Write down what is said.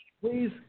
please